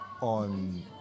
on